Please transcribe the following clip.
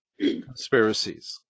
conspiracies